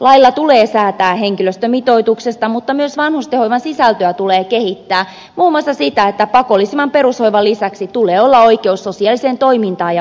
lailla tulee säätää henkilöstömitoituksesta mutta myös vanhustenhoivan sisältöä tulee kehittää muun muassa sitä että pakollisen perushoivan lisäksi tulee olla oikeus sosiaaliseen toimintaan ja ulkoiluun